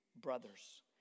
brothers